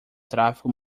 tráfego